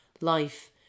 life